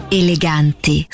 eleganti